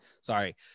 Sorry